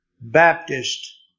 Baptist